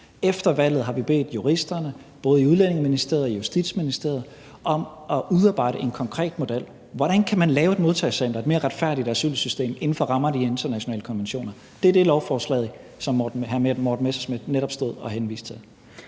Efter valget har vi bedt juristerne, både i Udlændinge- og Integrationsministeriet og Justitsministeriet, om at udarbejde en konkret model: Hvordan kan man lave et modtagecenter og et mere retfærdigt asylsystem inden for rammerne af de internationale konventioner? Det er det lovforslag, som hr. Morten Messerschmidt netop stod og henviste til.